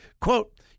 Quote